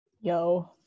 Yo